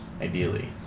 Ideally